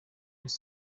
dos